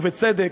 ובצדק,